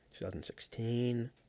2016